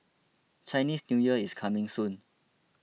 Chinese New Year is coming soon